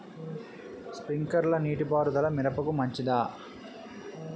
Sprinkler నీటిపారుదల మిరపకు మంచిదా?